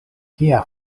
kia